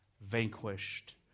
Vanquished